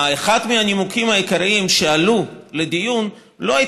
אחד הנימוקים העיקריים שעלו לדיון לא היה